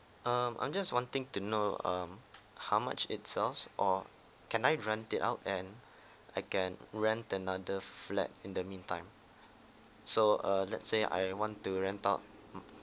um I'm just wanting to know um how much it sells or can I rent it out and I can rent another flat in the meantime so uh let's say I want to rent out mm